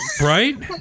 Right